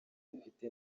afite